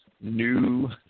new